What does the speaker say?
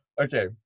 Okay